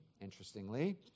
interestingly